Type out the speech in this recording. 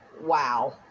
Wow